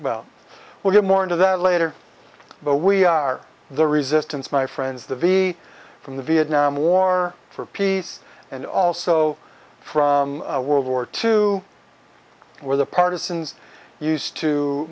well we'll get more into that later but we are the resistance my friends the v from the vietnam war for peace and also from world war two where the